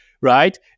right